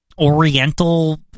Oriental